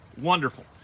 Wonderful